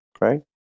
right